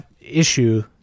issue